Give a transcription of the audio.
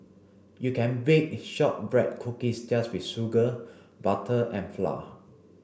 you can bake shortbread cookies just with sugar butter and flour